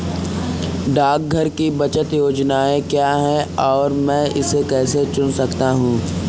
डाकघर की बचत योजनाएँ क्या हैं और मैं इसे कैसे चुन सकता हूँ?